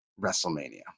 WrestleMania